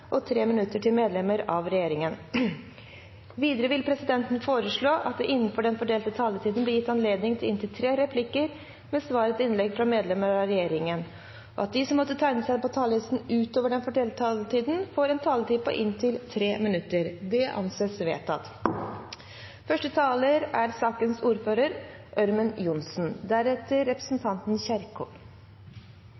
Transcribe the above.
inntil tre replikker med svar etter innlegg fra medlemmer av regjeringen, og at de som måtte tegne seg på talerlisten utover den fordelte taletid, får en taletid på inntil 3 minutter. – Det anses vedtatt. Vi har til behandling en sak som det har vært enighet om, tør jeg si, i komiteen at er